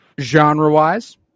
Genre-wise